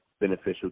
beneficial